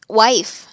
wife